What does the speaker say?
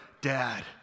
Dad